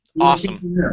Awesome